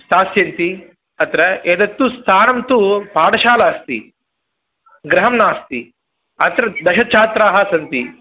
स्थास्यन्ति अत्र एतत्तु स्थानं तु पाटशाला अस्ति गृहं नास्ति अत्र दशछात्राः सन्ति